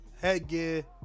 headgear